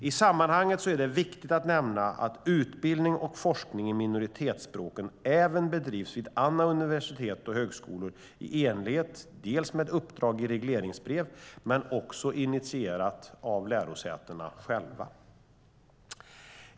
I sammanhanget är det viktigt att nämna att utbildning och forskning i minoritetsspråken även bedrivs vid andra universitet och högskolor i enlighet med uppdrag i regleringsbrev men också initierat av lärosätena själva.